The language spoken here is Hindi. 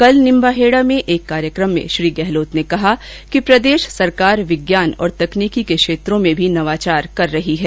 कल निंबाहेड़ा में एक कार्यक्रम में श्री गहलोत ने कहा कि प्रदेश सरकार विज्ञान और तकनीकी के क्षेत्र में भी नवाचार कर रही है